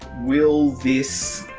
will this.